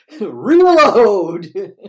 Reload